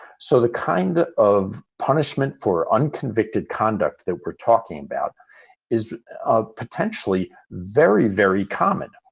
so the kind of punishment for unconvicted conduct that we're talking about is ah potentially very, very common.